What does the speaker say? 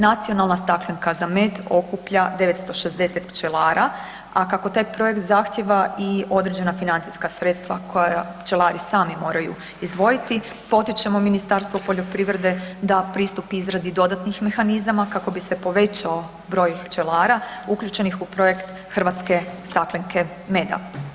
Nacionalna staklenka za med“ okuplja 960 pčelara, a kako taj projekt zahtjeva i određena financijska sredstva koja pčelari sami moraju izdvojiti, potičemo Ministarstvo poljoprivrede da pristupi izradi dodatnih mehanizama kako bi se povećao broj pčelara uključenih u projekt „Hrvatske staklenke meda“